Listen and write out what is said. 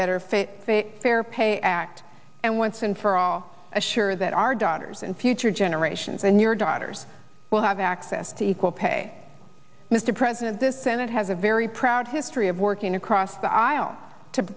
ledbetter fit fair pay act and once and for all assure that our daughters and future generations and your daughters will have access to equal pay mr president this senate has a very proud history of working across the aisle to